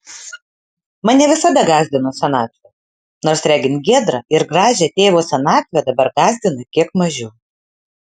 mane visada gąsdino senatvė nors regint giedrą ir gražią tėvo senatvę dabar gąsdina kiek mažiau